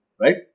right